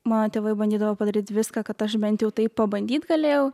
mano tėvai bandydavo padaryt viską kad aš bent jau tai pabandyt galėjau